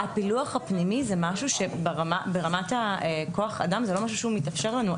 הפילוח הפנימי זה משהו שברמת כוח האדם זה לא משהו שהוא מתאפשר לנו.